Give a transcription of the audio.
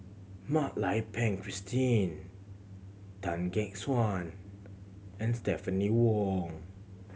Mak Lai Peng Christine Tan Gek Suan and Stephanie Wong